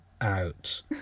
out